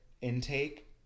intake